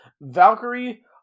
Valkyrie